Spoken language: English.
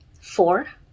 four